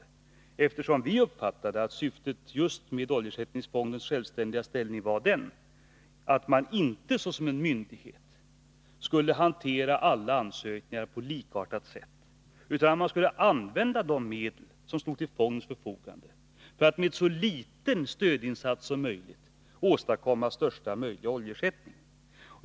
Vi hade nämligen uppfattat att syftet med fondens självständiga ställning var just att fonden inte såsom en myndighet skulle hantera alla ansökningar på ett likartat sätt, utan att man skulle använda de medel som stod till fondens förfogande för att med en så liten stödinsats som möjligt åstadkomma största möjliga oljeersättning.